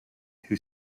who